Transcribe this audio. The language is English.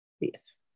Yes